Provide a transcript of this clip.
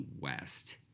West